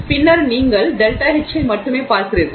பின்னர் நீங்கள் ΔH ஐ மட்டுமே பார்க்கிறீர்கள்